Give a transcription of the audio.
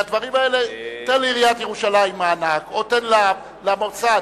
תן לעיריית ירושלים מענק או שתיתן למוסד,